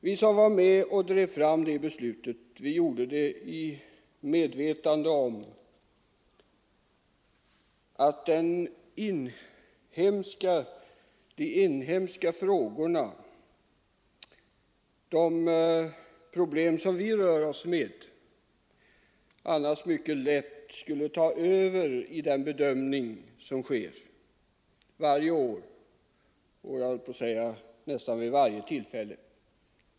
Vi som var med och drev fram det beslutet gjorde det i medvetande om att de inhemska problemen annars mycket lätt skulle ta över i den bedömning som görs varje år.